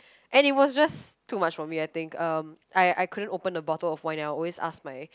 and it was just too much for me I think I I couldn't open the bottle of wine and I was always my